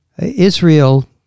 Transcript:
Israel